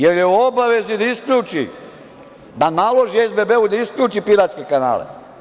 Jer, on je u obavezi da isključi, da naloži SBB-u da isključi piratske kanale.